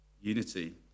Unity